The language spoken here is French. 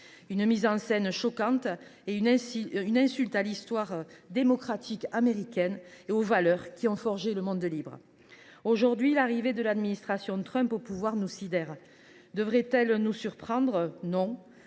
d’une mise en scène choquante, d’une insulte à l’histoire démocratique américaine et aux valeurs qui ont forgé le monde libre. Aujourd’hui, l’arrivée de l’administration Trump au pouvoir nous sidère. Devrait elle nous surprendre ? Non,